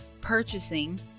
purchasing